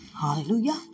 Hallelujah